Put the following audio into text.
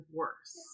worse